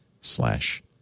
slash